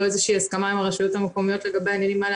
איזושהי הסכמה עם הרשויות המקומית לגבי העניינים האלה.